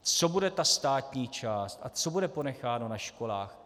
Co bude ta státní část a co bude ponecháno na školách?